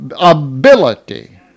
ability